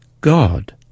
God